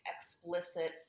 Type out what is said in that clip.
explicit